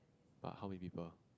but how many people